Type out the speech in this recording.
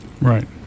Right